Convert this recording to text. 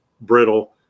brittle